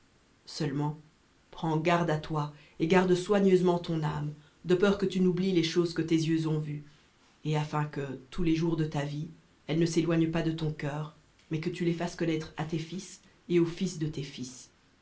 seulement prends garde à toi et garde soigneusement ton âme de peur que tu n'oublies les choses que tes yeux ont vues et afin que tous les jours de ta vie elles ne s'éloignent pas de ton cœur mais que tu les fasses connaître à tes fils et aux fils de tes fils